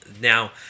Now